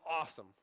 awesome